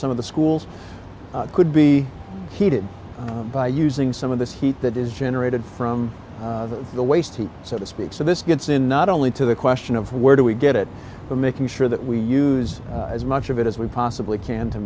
some of the schools could be heated by using some of this heat that is generated from the waste heat so to speak so this gets in not only to the question of where do we get it but making sure that we use as much of it as we possibly can to